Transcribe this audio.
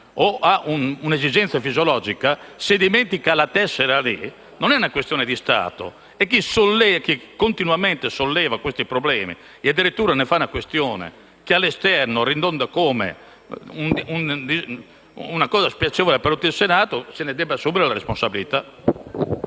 o ha un'esigenza fisiologica, se dimentica la tessera non deve essere una questione di Stato e chi continuamente solleva questi problemi facendone addirittura una questione che all'esterno ridonda come un fatto spiacevole per tutto il Senato se ne deve assumere la responsabilità.